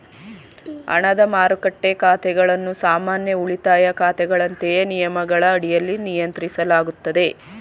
ಹಣದ ಮಾರುಕಟ್ಟೆ ಖಾತೆಗಳನ್ನು ಸಾಮಾನ್ಯ ಉಳಿತಾಯ ಖಾತೆಗಳಂತೆಯೇ ನಿಯಮಗಳ ಅಡಿಯಲ್ಲಿ ನಿಯಂತ್ರಿಸಲಾಗುತ್ತದೆ